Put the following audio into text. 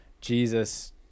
Jesus